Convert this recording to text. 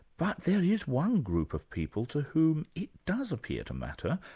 but there is one group of people to whom it does appear to matter,